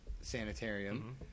Sanitarium